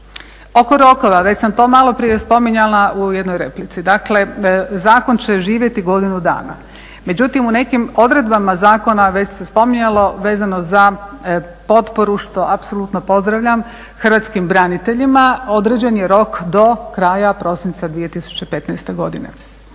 Oko rokova, već sam to malo prije spominjala u jednoj replici, dakle zakon će živjeti godinu dana, međutim u nekim odredbama zakona već se spominjalo vezano za potporu što apsolutno pozdravljam, hrvatskim braniteljima određen je rok do kraja prosinca 2015.godine,